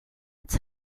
its